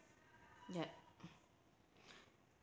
ya